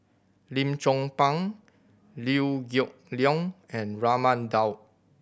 Lim Chong Pang Liew Geok Leong and Raman Daud